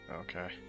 Okay